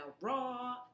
raw